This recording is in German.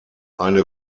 eine